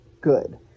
Good